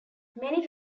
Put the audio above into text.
many